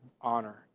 honor